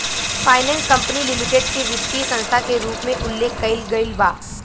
finance company limited के वित्तीय संस्था के रूप में उल्लेख कईल गईल बा